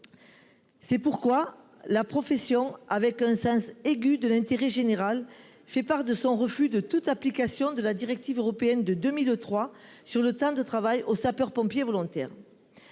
C’est pourquoi la profession, faisant preuve d’un sens aigu de l’intérêt général, fait part de son refus de toute application de la directive européenne de 2003 sur le temps de travail aux sapeurs pompiers volontaires.